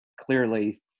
clearly